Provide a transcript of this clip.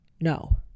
no